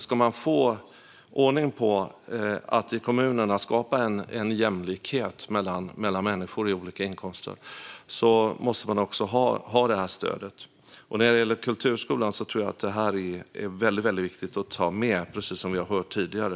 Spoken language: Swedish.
Ska man få ordning på detta och i kommunerna skapa jämlikhet mellan människor med olika inkomster måste man nämligen ha det här stödet. När det gäller kulturskolan tror jag att detta är väldigt viktigt att ta med, precis som vi har hört tidigare.